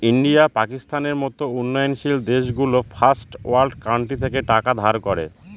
India, পাকিস্তানের মত উন্নয়নশীল দেশগুলো ফার্স্ট ওয়ার্ল্ড কান্ট্রি থেকে টাকা ধার করে